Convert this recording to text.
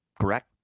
correct